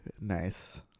nice